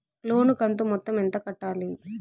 లోను కంతు మొత్తం ఎంత కట్టాలి?